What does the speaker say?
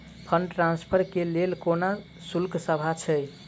Fund transfer केँ लेल कोनो शुल्कसभ छै?